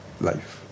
life